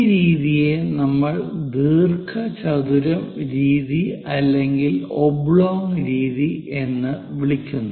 ഈ രീതിയെ നമ്മൾ ദീർഘചതുരം രീതി അല്ലെങ്കിൽ ഒബ്ലോങ് രീതി എന്ന് വിളിക്കുന്നു